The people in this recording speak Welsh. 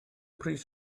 pris